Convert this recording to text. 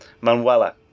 Manuela